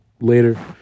later